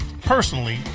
personally